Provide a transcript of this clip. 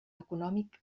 econòmic